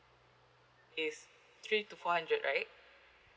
is three to four hundred right